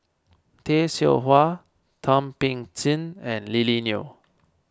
Tay Seow Huah Thum Ping Tjin and Lily Neo